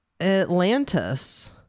Atlantis